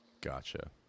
Gotcha